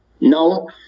No